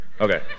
Okay